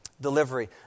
Delivery